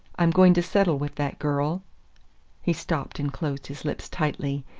i'm going to settle with that girl he stopped and closed his lips tightly,